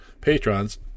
patrons